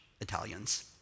Italians